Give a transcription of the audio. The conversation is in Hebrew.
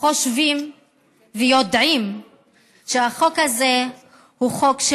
חושבים ויודעים שהחוק הזה הוא חוק של